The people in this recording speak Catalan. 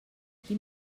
quin